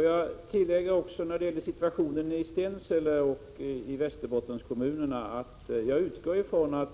Fru talman! Får jag när det gäller situationen i Stensele och i Västerbottenskommunerna också tillägga att jag utgår från att